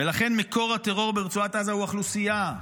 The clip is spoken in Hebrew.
ולכן מקור הטרור ברצועת עזה הוא האוכלוסייה.